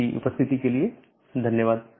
आपकी उपस्थिति के लिए धन्यवाद